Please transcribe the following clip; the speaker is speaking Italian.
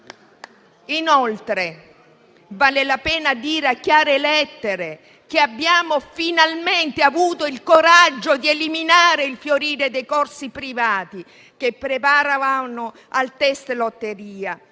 Inoltre, vale la pena dire a chiare lettere che abbiamo finalmente avuto il coraggio di eliminare il fiorire dei corsi privati che preparavano al *test* lotteria